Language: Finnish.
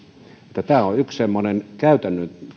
tämä on yksi semmoinen tavallaan käytännön